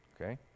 Okay